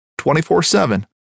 24-7